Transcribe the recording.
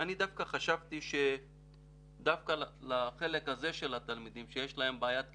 אני דווקא חשבתי שדווקא לחלק הזה של התלמידים שיש להם בעיית קשב,